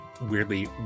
weirdly